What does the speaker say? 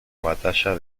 batalla